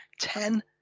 ten